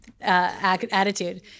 attitude